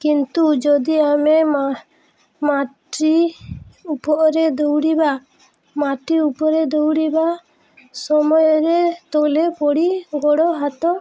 କିନ୍ତୁ ଯଦି ଆମେ ମାଟି ଉପରେ ଦୌଡ଼ିବା ମାଟି ଉପରେ ଦୌଡ଼ିବା ସମୟରେ ତଳେ ପଡ଼ି ଗୋଡ଼ ହାତ